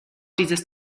dieses